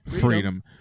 Freedom